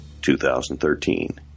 2013